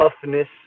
toughness